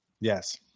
Yes